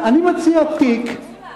יש הרבה